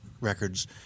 records